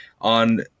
on